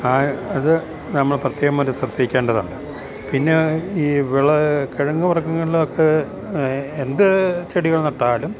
ആ അത് നമ്മള് പ്രത്യേകം മറ്റേ ശ്രദ്ധിക്കേണ്ടതുണ്ട് പിന്നെ ഈ വിള കിഴങ്ങുവർഗങ്ങളിലൊക്കെ എന്തു ചെടികൾ നട്ടാലും